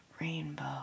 rainbow